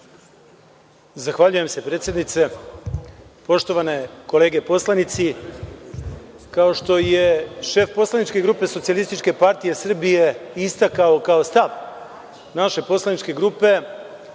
Zahvaljujem se, predsednice. Poštovane kolege poslanici, kao što je šef poslaničke grupe SPS istakao kao stav naše poslaničke grupe,